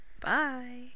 Bye